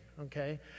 okay